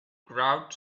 crowd